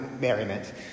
merriment